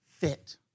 fit